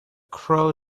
crow